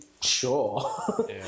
Sure